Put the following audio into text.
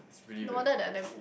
no wonder they're damn